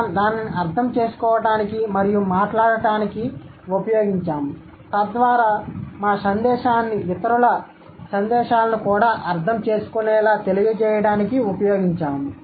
మేము దానిని అర్థం చేసుకోవడానికి మరియు మాట్లాడటానికి ఉపయోగించాము తద్వారా మా సందేశాన్ని ఇతరుల సందేశాలను కూడా అర్థం చేసుకునేలా తెలియజేయడానికి ఉపయోగించాము